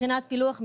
מבחינת פילוח מגמות,